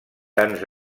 tants